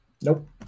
Nope